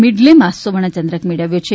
મેડલેમાં સુવર્ણ ચંદ્રક મેળવ્યો છે